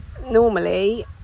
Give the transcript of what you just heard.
Normally